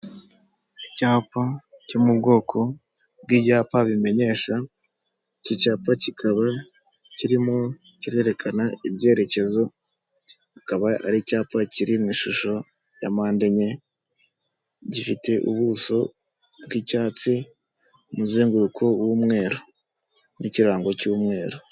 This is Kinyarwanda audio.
Icyapa cyo mu bwoko bw'ibyapa bimenyesha, iki cyapa kikaba kirimo kirerekana ibyerekezo, kikaba ari icyapa kiri mu ishusho ya mande enye, gifite ubuso bw'icyatsi, umuzenguruko w'umweru n'ikirango cy'umweru.